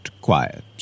quiet